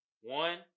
One